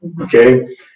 okay